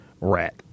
rat